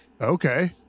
Okay